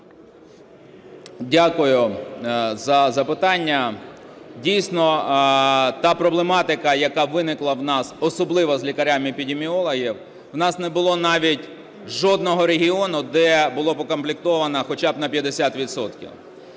Дякую за запитання. Дійсно, та проблематика, яка виникла у нас особливо з лікарями епідеміологами – у нас не було навіть жодного регіону, де було б укомплектовано хоча б на 50